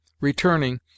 returning